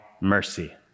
mercy